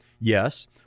yes